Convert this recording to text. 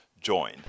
join